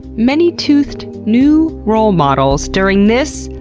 many-toothed, new role models during this,